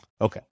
Okay